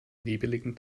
nebeligen